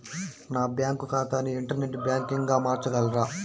నా బ్యాంక్ ఖాతాని ఇంటర్నెట్ బ్యాంకింగ్గా మార్చగలరా?